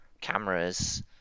cameras